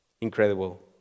incredible